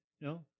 No